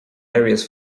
areas